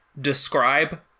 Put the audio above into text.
describe